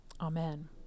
Amen